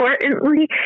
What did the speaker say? importantly